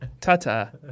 Tata